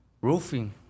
Roofing